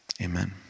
amen